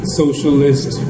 socialist